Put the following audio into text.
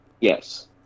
Yes